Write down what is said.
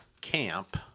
camp—